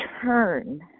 turn